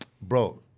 bro